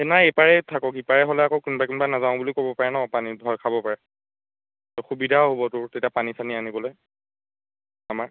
নাই এইপাৰেই থাকক ইপাৰে হ'লে আকৌ কোনোবাই কোনোবাই নাযাওঁ বুলি ক'ব পাৰে ন পানীত ভয় খাবও পাৰে অসুবিধাও হ'ব তোৰ তেতিয়া পানী চানী আনিবলৈ আমাৰ